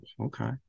Okay